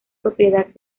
propiedad